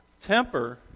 Temper